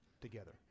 together